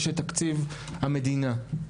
יש תקציב המדינה.